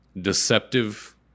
deceptive